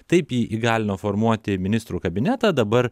taip į įgalino formuoti ministrų kabinetą dabar